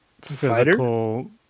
physical